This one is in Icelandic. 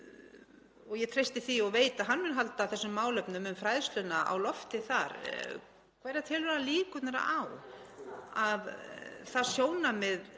og ég treysti því og veit að hann mun halda þessum málefnum um fræðsluna á lofti þar: Hverjar telur hann líkurnar á að það sjónarmið